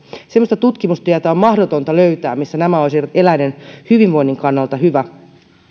semmoista tutkimustietoa on mahdotonta löytää missä nämä olisivat eläinten hyvinvoinnin kannalta hyviä